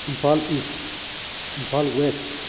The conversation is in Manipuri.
Imphal is Imphal west